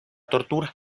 tortura